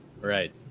Right